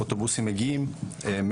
אוטובוסים מגיעים,